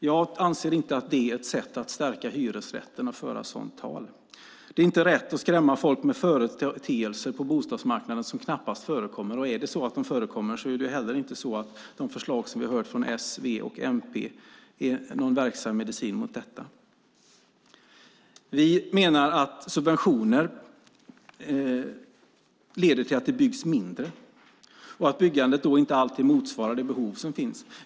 Jag anser inte att det är ett sätt att stärka hyresrätten att tala så. Det är inte rätt att skrämma folk med företeelser på bostadsmarknaden som knappt förekommer, och är det så att de förekommer är det heller inte så att de förslag vi hör ifrån S, V och MP är någon verksam medicin mot dem. Vi menar att subventioner leder till att det byggs mindre och att byggandet då inte alltid motsvarar det behov som finns.